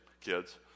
kids